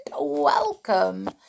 welcome